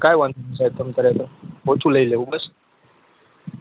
કાઇ વાંધો નહીં સાહેબ તમ તારે ઓછું લઈ લઈશું બસ